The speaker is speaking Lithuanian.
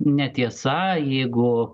netiesa jeigu